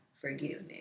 forgiveness